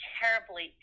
terribly